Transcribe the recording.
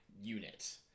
unit